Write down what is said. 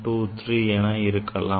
2 3 என இருக்கலாம்